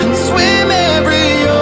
swim every